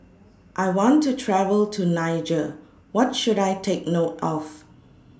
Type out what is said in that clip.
I want to travel to Niger What should I Take note of